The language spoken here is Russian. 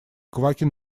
квакин